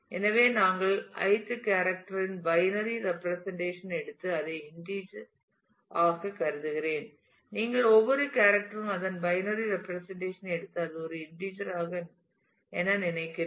எனவே நாங்கள் ith character இன் பைனரி ரெப்பிரசன்டேஷன் எடுத்து அதை இண்டீஜர் ஆக கருதுகிறேன் நீங்கள் ஒவ்வொரு கேரக்டர் ம் அதன் பைனரி ரெப்பிரசன்டேஷன் ஐ எடுத்து அது ஒரு இண்டீஜர் என நினைக்கிறேன்